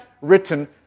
written